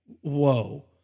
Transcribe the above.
whoa